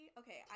okay